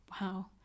wow